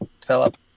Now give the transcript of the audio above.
develop